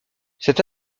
cette